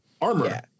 armor